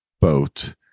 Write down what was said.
boat